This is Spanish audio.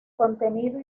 contenido